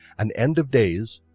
an end of days,